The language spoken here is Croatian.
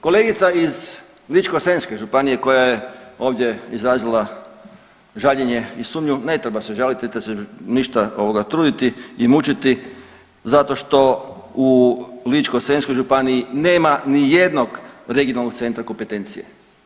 Kolegica iz Ličko-senjske županije koja je ovdje izrazila žaljenje i sumnju, ne treba se žaliti, niti se ništa ovoga truditi i mučiti zato što u Ličko-senjskoj županiji nema ni jednog regionalnog centra kompetencije.